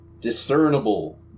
Discernible